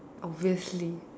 obviously